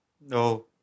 No